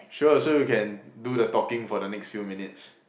sure so you can do the talking for the next few minutes